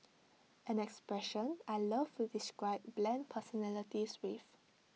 an expression I love to describe bland personalities with